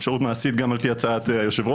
אפשרות מעשית גם על פי הצעת היושב-ראש.